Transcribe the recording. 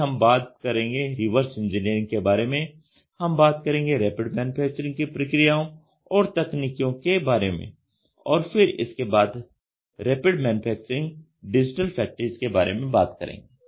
फिर हम बात करेंगे रिवर्स इंजीनियरिंग के बारे में हम बात करेंगे रैपिड मैन्युफैक्चरिंग की प्रक्रियाओं और तकनीकीयों के बारे में और फिर इसके बाद रैपिड मैन्युफैक्चरिंग डिजिटल फैक्ट्रीज के बारे में बात करेंगे